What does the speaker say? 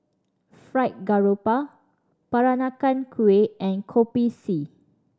Fried Garoupa Peranakan Kueh and Kopi C